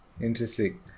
Interesting